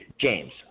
James